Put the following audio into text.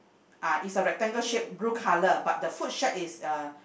ah is a rectangle shape blue color but the food shack is uh